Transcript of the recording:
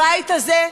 הבית הזה,